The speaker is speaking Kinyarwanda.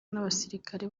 n’abasirikare